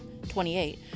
28